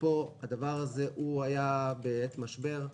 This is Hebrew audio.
פה הדבר הזה היה בעת משבר.